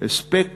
הספק